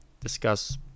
discuss